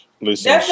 listen